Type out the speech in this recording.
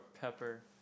pepper